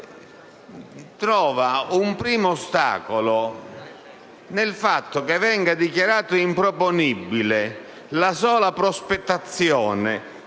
trovano un primo ostacolo nel fatto che venga dichiarata improponibile la sola prospettazione